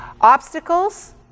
Obstacles